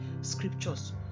scriptures